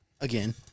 Again